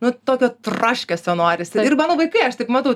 nu tokio traškesio norisi ir mano vaikai aš taip matau